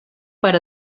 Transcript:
per